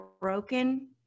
broken